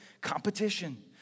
competition